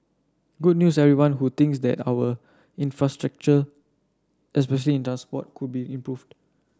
good news everyone who thinks that our infrastructure especially in does what could be improved